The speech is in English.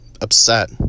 upset